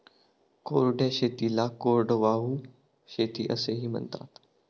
कोरड्या शेतीला कोरडवाहू शेती असेही म्हणतात